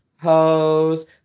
hose